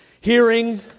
hearing